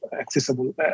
accessible